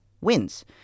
wins